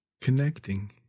connecting